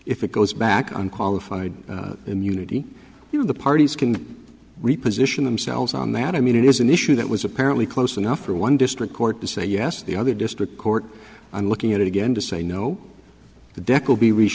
if it goes back on qualified immunity you know the parties can reposition themselves on that i mean it is an issue that was apparently close enough for one district court to say yes the other district court i'm looking at it again to say no